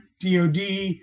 DOD